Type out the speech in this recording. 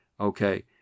okay